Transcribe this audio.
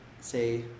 say